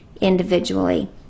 individually